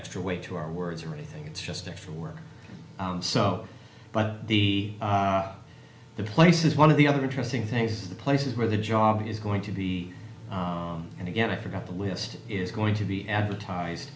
extra weight to our words or anything it's just there for work so but the the place is one of the other interesting things is the places where the job is going to be and again i forgot the list is going to be advertised